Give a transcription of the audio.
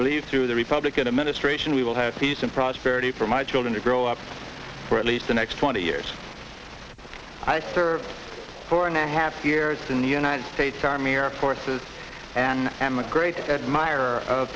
believe through the republican administration we will have peace and prosperity for my children to grow up for at least the next twenty years i served four and a half years in the united states army or forces and emigrated